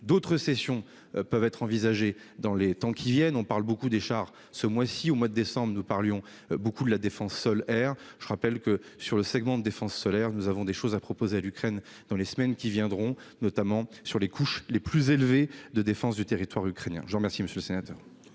D'autres cessions pourront être envisagées dans les temps qui viennent. On parle beaucoup des chars ce mois-ci ; au mois de décembre, on parlait beaucoup de la défense sol-air. Je rappelle que, sur le segment de défense sol-air, nous aurons des choses à proposer à l'Ukraine dans les prochaines semaines, notamment sur les couches les plus élevées de défense du territoire ukrainien. La parole est à M.